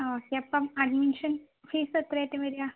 ആ ഓക്കേ അപ്പം അഡ്മിഷൻ ഫീസെത്രയായിരിക്കും വരുക